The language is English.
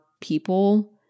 people